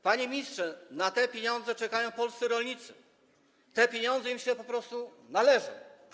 Panie ministrze, na te pieniądze czekają polscy rolnicy, te pieniądze im się po prostu należą.